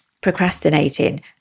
procrastinating